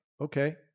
okay